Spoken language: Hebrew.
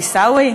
עיסאווי,